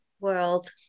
world